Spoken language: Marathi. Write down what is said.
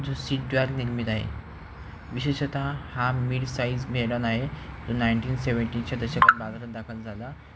जो सीटद्वारा निर्मित आहे विशेषत हा मीड साईज मेडन आहे जो नाईंटीन सेवंटीच्या दशकात बाजारात दाखल झाला